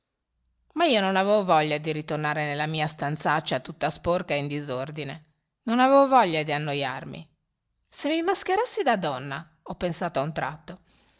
ma io non avevo voglia di ritornare nella mia stanzaccia tutta sporca e in disordine non avevo voglia di annoiarmi se mi mascherassi da donna ho pensato a un tratto